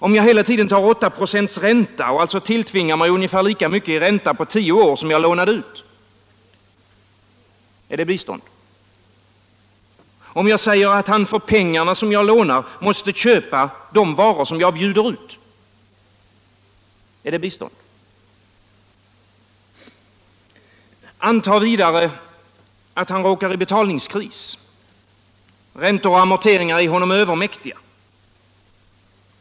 Om jag hela tiden tar 8 26 ränta och alltså tilltvingar mig ungefär lika mycket i ränta på tio år som jag lånade ut — är det bistånd? Om jag säger att han för pengarna, som jag lånar honom, måste köpa de varor som jag bjuder ut — är det bistånd? Antag vidare att han råkar i betalningskris. Räntor och amorteringar är honom övermäktiga.